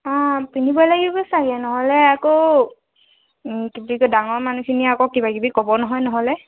অঁ পিন্ধিবই লাগিব চাগে নহ'লে আকৌ কি বুলি কয় ডাঙৰ মানুহখিনিয়ে আকৌ কিবা কিবি ক'ব নহয় নহ'লে